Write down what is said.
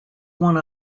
one